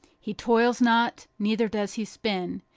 he toils not, neither does he spin,